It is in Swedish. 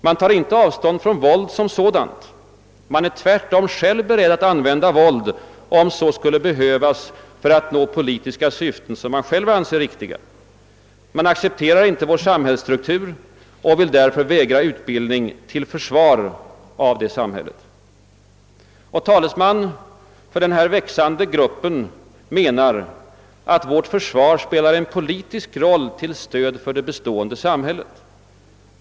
Man tar inte avstånd från våld som sådant utan är tvärtom själv beredd att använda våld om så skulle behövas för att nå politiska syften, som man själv anser riktiga. Man accepterar inte vår samhällsstruktur och vill därför vägra utbildning till försvar av vårt samhälle. Talesmän för denna växande grupp menar, att vårt försvar spelar en poli tisk roll till stöd för det bestående samhället.